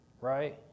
right